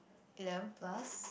eleven plus